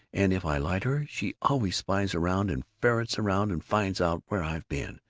and if i lie to her she always spies around and ferrets around and finds out where i've been,